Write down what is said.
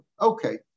Okay